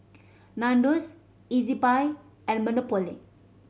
Nandos Ezbuy and Monopoly